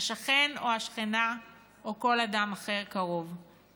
השכן או השכנה או כל אדם קרוב אחר.